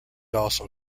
also